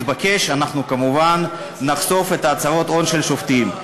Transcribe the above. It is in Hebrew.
יתבקש אנחנו כמובן נחשוף את הצהרות ההון של שופטים.